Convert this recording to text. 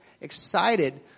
Excited